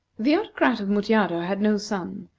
the autocrat of mutjado had no son,